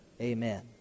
amen